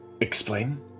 Explain